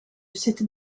cette